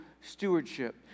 stewardship